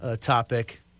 topic